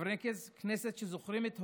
חברי כנסת שזוכרים את הוריהם,